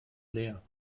leer